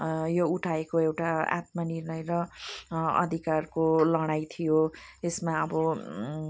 यो उठाएको एउटा आत्मनिर्णय र अधिकारको लडाइँ थियो यसमा अब